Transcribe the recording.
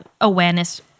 awareness